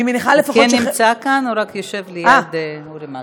הוא כן נמצא כאן, הוא רק יושב ליד אורי מקלב.